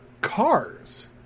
Cars